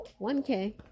1K